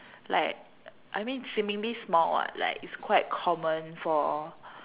like I mean seemingly small [what] like it's quite common for